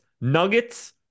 Nuggets